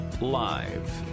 Live